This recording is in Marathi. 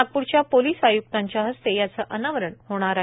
नागपूरच्या पोलीस आय्क्त यांच्या हस्ते अनावरण होणार आहे